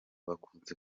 bakunze